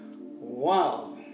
Wow